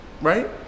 right